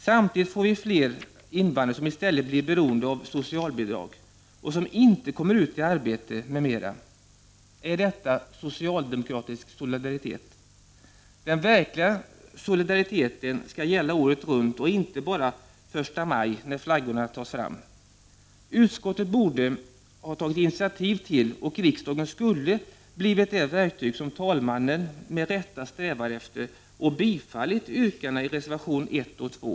Samtidigt får vi allt fler invandrare som i stället blir beroende av socialbidrag och som inte kommer ut i arbete m.m. Är detta socialdemokratisk solidaritet? Den verkliga solidariteten skall gälla året runt och inte bara första maj när flaggorna tas fram. Utskottet borde ha tagit initiativ till — och riksdagen skulle ha blivit det verktyg som talmannen, med rätta, strävar efter — och tillstyrkt de förslag som vi fört fram i reservationerna 1 och 2.